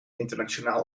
internationaal